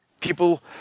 People